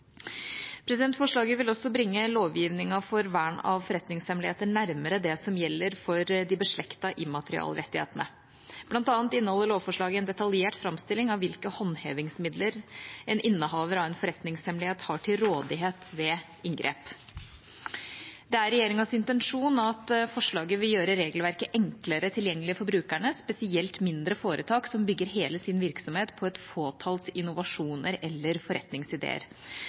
handlingen. Forslaget vil også bringe lovgivningen for vern av forretningshemmeligheter nærmere det som gjelder for de beslektede immaterialrettighetene. Blant annet inneholder lovforslaget en detaljert framstilling av hvilke håndhevingsmidler en innehaver av en forretningshemmelighet har til rådighet ved inngrep. Det er regjeringas intensjon at forslaget vil gjøre regelverket enklere tilgjengelig for brukerne, spesielt mindre foretak som bygger hele sin virksomhet på et fåtall innovasjoner eller forretningsideer.